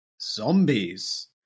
zombies